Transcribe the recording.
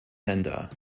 länder